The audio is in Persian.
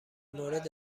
مورد